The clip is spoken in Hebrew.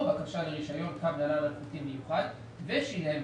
בקשה לרישיון קו נל"ן אלחוטי מיוחד ושילם